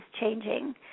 changing